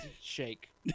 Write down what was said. shake